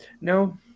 no